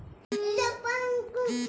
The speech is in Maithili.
गेंदा रो फूल से व्यबसाय मे भी लाब होलो छै